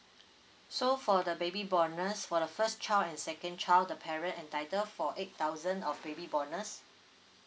so for the baby bonus for the first child and second child the parent entitled for eight thousand of baby bonus